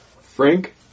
Frank